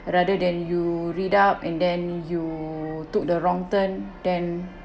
rather than you read up and then you took the wrong turn then